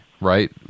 Right